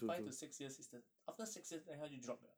five to six years is the after six years then 他就 drop liao